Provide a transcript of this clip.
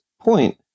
point